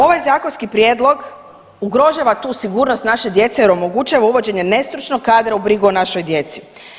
Ovaj zakonski prijedlog ugrožava tu sigurnost naše djece jer omogućava uvođenje nestručnog kadra u brigu o našoj djeci.